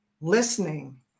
listening